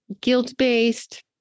guilt-based